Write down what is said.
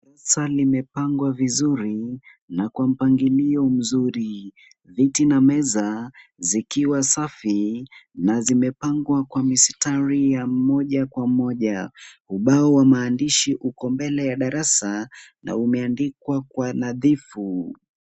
Darasa limepangwa vizuri na kwa mpangilio mzuri. Viti na meza zikiwa safi na zimepangwa kwa misitari ya moja kwa moja. Ubao wa maandishi uko mbele ya darasa na umeandikwa kwa unadhifu.